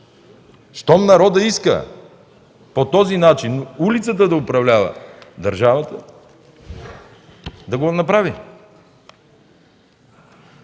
щом народът иска по този начин – улицата да управлява държавата, да го направи.